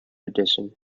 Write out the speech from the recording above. edition